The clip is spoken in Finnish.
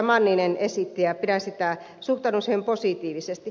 manninen esitti ja suhtaudun siihen positiivisesti